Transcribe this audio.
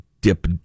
dip